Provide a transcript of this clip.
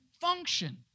function